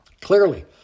Clearly